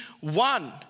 one